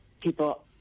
people